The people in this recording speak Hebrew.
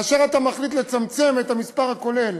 כאשר אתה מחליט לצמצם את המספר הכולל,